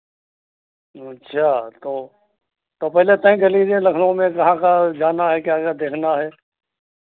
अच्छा तो तो पहले तय कर लीजिए लखनऊ में कहाँ कहाँ जाना है क्या क्या देखना है